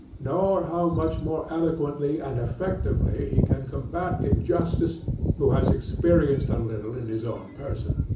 nor how much more eloquently and effectively he can combat injustice who has experienced a little in his own person.